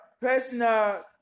personal